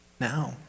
now